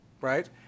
right